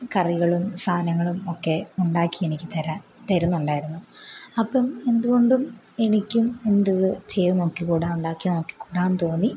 കറികളും സാധനങ്ങളും ഒക്കെ ഉണ്ടാക്കി എനിക്ക് തരാ തരുന്നുണ്ടായിരുന്നു അപ്പം എന്തുകൊണ്ടും എനിക്കും എന്ത് ചെയ്ത് നോക്കിക്കൂടാ ഉണ്ടാക്കി നോക്കിക്കൂടാ എന്ന് തോന്നി